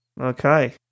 Okay